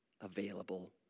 available